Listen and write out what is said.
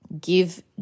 Give